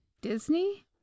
Disney